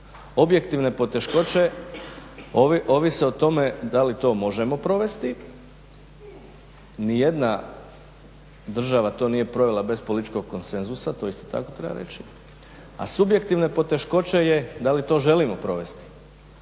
Objektivne poteškoće ovise o tome da li to možemo provesti. Ni jedna država to nije provela bez političkog konsenzusa, to isto tako treba reći, a subjektivne poteškoće je, da li to želimo provesti.